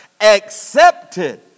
accepted